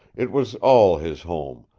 it was all his home,